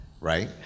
right